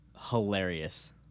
hilarious